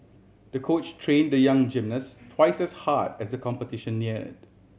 the coach train the young gymnast twice as hard as the competition neared